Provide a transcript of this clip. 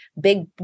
big